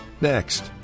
next